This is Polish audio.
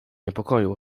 niepokoju